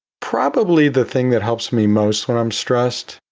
probably the thing that helps me most when i'm stressed,